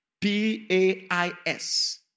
P-A-I-S